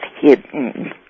hidden